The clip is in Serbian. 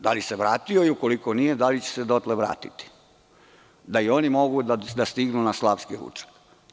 Da li se vratio i ukoliko nije, da li će se dotle vratiti da i oni mogu da stignu na slavski ručak?